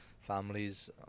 families